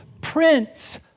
Prince